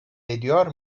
ediyor